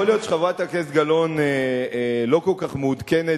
יכול להיות שחברת הכנסת גלאון לא כל כך מעודכנת